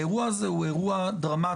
האירוע הזה הוא אירוע דרמטי,